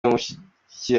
abamushyigikiye